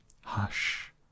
Hush